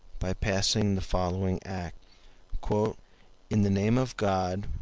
by passing the following act in the name of god.